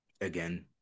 Again